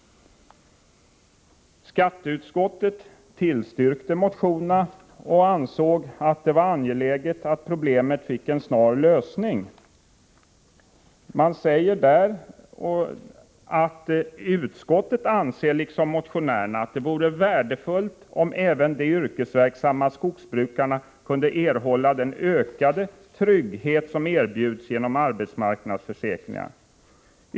Skatteutskottet tillstyrkte motionerna och ansåg att det var angeläget att problemet fick en snar lösning. Man säger i betänkandet att utskottet liksom motionärerna anser att det vore värdefullt om även de yrkesverksamma skogsbrukarna kunde erhålla den ökade trygghet som erbjuds genom arbetsmarknadsförsäkringar.